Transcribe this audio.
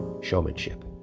Showmanship